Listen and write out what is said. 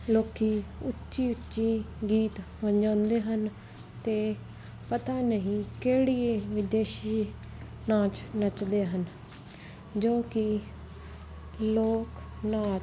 ਲੋਕੀ ਉੱਚੀ ਉੱਚੀ ਗੀਤ ਵਜਾਉਂਦੇ ਹਨ ਤੇ ਪਤਾ ਨਹੀਂ ਕਿਹੜੀ ਇਹ ਵਿਦੇਸ਼ੀ ਨਾਚ ਨੱਚਦੇ ਹਨ ਜੋ ਕਿ ਲੋਕ ਨਾਚ